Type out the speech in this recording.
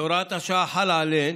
שהוראת השעה חלה עליהן,